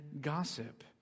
gossip